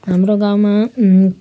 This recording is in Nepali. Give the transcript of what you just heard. हाम्रो गाउँमा